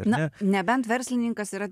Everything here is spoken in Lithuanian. na nebent verslininkas yra